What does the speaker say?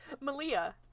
Malia